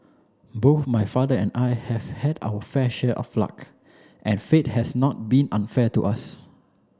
both my father and I have had our fair share of luck and fate has not been unfair to us